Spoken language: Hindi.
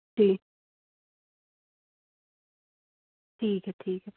जी ठीक है ठीक है